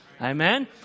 Amen